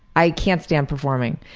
i can't stand performing,